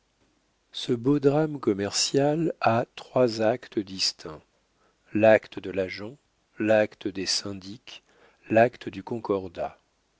ce beau drame commercial a trois actes distincts l'acte de l'agent l'acte des syndics l'acte du concordat